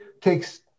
takes